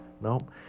Nope